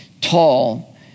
tall